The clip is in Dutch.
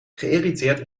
geïrriteerd